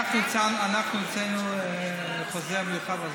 אנחנו הוצאנו חוזר מיוחד.